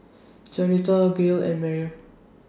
Jaunita Gail and Mary